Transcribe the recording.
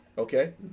Okay